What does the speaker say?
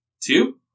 Two